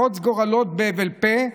לחרוץ גורלות בהבל פה.